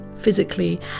physically